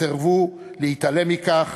וסירבו להתעלם מכך,